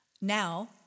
Now